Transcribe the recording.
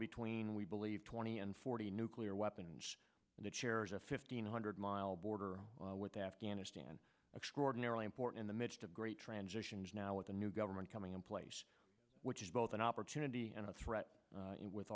between we believe twenty and forty nuclear weapons and it shares a fifteen hundred mile border with afghanistan extraordinarily important in the midst of great transitions now with the new government coming in place which is both an opportunity and a threat with